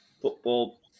football